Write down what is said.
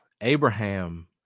Abraham